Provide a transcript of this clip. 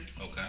Okay